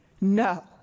No